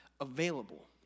available